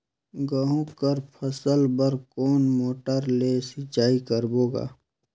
गहूं कर फसल बर कोन मोटर ले सिंचाई करबो गा?